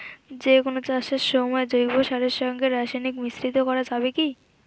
যে কোন চাষের সময় জৈব সারের সঙ্গে রাসায়নিক মিশ্রিত করা যাবে কি?